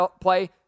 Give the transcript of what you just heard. play